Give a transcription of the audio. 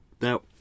Now